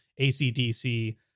ACDC